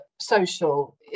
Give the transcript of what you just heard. social